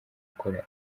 gukora